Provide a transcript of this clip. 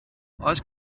oes